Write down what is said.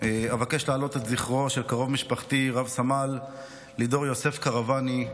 זכרו של קרוב משפחתי רב-סמל לידור יוסף קרואני,